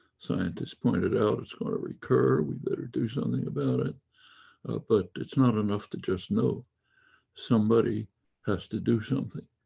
scientists pointed out it's going to recur, we better do something about it but it's not enough to just know somebody has to do something.